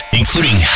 including